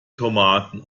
tomaten